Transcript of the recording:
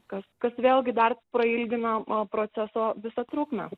kas kas vėlgi dar prailgina proceso visą trukmę